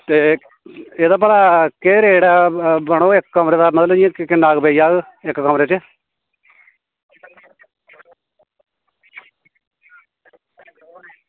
ते एह्दा भला केह् रेट बनग इक्क ते कमरे दा मतलब किन्ना पेई जाह्ग इक्क कमरे च